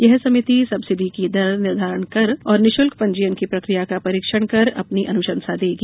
यह समिति सब्सिडी की दर निर्धारण और निःशुल्क पंजीयन की प्रकिया का परीक्षण कर अपनी अनुसंशा देगी